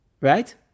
Right